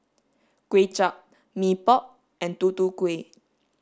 Kway Chap Mee Pok and Tutu Kueh